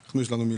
9000,